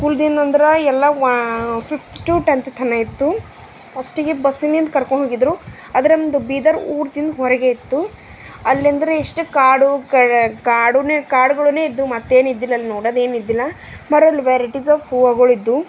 ಸ್ಕೂಲ್ದಿಂದ ಅಂದರ ಎಲ್ಲಾ ವಾ ಫಿಫ್ತ್ ಟು ಟೆಂತ್ ಥನ ಇತ್ತು ಫಸ್ಟಿಗೆ ಬಸ್ನಿಂದ ಕರ್ಕೊಂಡೋಗಿದ್ರು ಅದ್ರಂದು ಬೀದರ ಊರ್ನಿಂದ್ ಹೊರಗೆ ಇತ್ತು ಅಲ್ಲಿಂದ್ರ ಇಷ್ಟು ಕಾಡು ಕಡ ಕಾಡುನೆ ಕಾಡ್ಗಳು ಇದ್ದುವು ಮತ್ತೇನು ಇದ್ದಿಲ್ಲ ಅಲ್ಲಿ ನೋಡೋದೇನಿದ್ದಿಲ್ಲ ಮರೋಲ್ ವೆರೈಟಿಸ್ ಆಫ್ ಹೂವುಗಳಿದ್ದುವು